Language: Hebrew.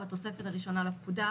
בתוספת הראשונה לפקודה,